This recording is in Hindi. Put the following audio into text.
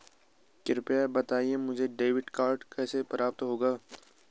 कृपया बताएँ मुझे डेबिट कार्ड कैसे प्राप्त होगा?